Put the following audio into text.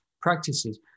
practices